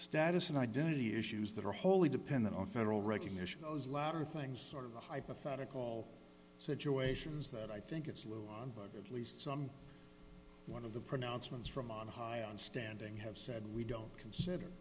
status and identity issues that are wholly dependent on federal recognition of those latter things sort of the hypothetical situations that i think it's a little buggers at least some one of the pronouncements from on high on standing have said we don't consider